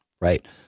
Right